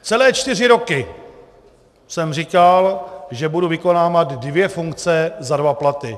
Celé čtyři roky jsem říkal, že budu vykonávat dvě funkce za dva platy.